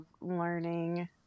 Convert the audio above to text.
learning